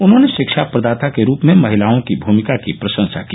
उन्होंने शिक्षा प्रदाता के रूप में महिलाओं की भुमिका की प्रशंसा की